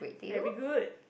very good